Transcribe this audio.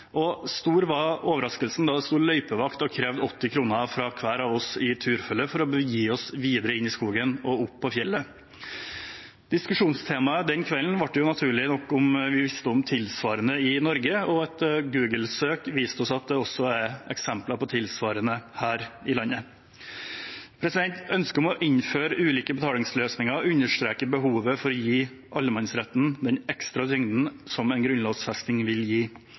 Stor var overraskelsen da det sto en løypevakt og krevde inn 80 kroner fra hver av oss i turfølget for at vi kunne begi oss videre inn i skogen og opp på fjellet. Diskusjonstemaet den kvelden ble naturlig nok om vi visste om tilsvarende i Norge, og et Google-søk viste oss at det også er eksempler på tilsvarende her i landet. Ønsket om å innføre ulike betalingsløsninger understreker behovet for å gi allemannsretten den ekstra tyngden som en grunnlovfesting vil gi.